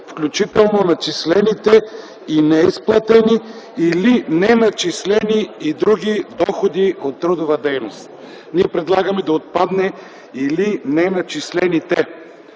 включително начислените и неизплатени или неначислени и други доходи от трудова дейност”. Ние предлагаме да отпадне „или неначислените”,